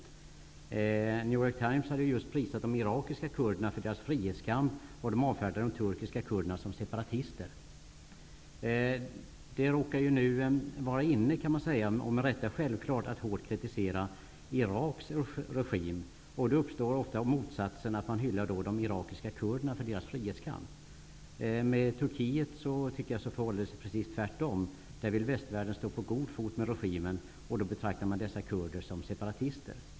I New York Times hade man just prisat de irakiska kurderna för deras frihetskamp, och man avfärdade de turkiska kurderna som separatister. Man kan säga att det nu råkar vara inne att hårt och självfallet med rätta kritisera Iraks regim. Då hyllar man ofta den motsatta sidan, dvs. de irakiska kurderna, för deras frihetskamp. Vad gäller Turkiet tycker jag att det förhåller sig precis tvärtom. Västvärlden vill stå på god fot med regimen, och då betraktas kurderna som separatister.